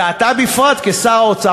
ואתה בפרט כשר האוצר,